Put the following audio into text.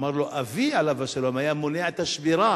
אמר לו: אבי, עליו השלום, היה מונע את השבירה,